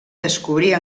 descobrir